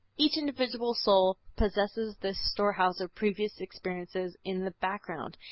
each individual soul possesses this storehouse of previous experiences in the background,